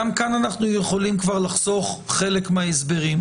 גם כאן אנחנו יכולים כבר לחסוך חלק מההסברים.